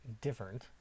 different